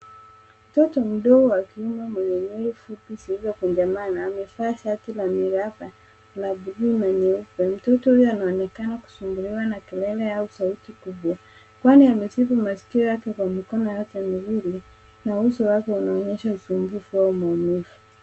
Mtoto mdogo wa kiume mwenye mwili fupi na amevaa shati ya miraba la blue na nyeupe. Mtoto huyu anaonekana kusumbuliwa na kiwewe au sauti kubwa. Kwani amesifu masikio Yake kwa mikono yake miwili na uso wake unaonyesha usumbufu au maumivu.